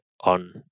on